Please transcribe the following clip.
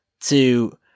to-